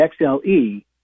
XLE